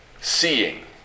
seeing